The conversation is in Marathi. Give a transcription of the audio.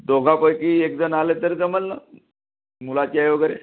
दोघापैकी एक जण आलं तर जमंल ना मुलाची आई वगैरे